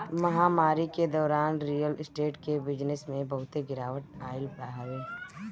महामारी के दौरान रियल स्टेट के बिजनेस में बहुते गिरावट आइल हवे